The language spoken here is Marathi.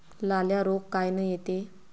लाल्या रोग कायनं येते?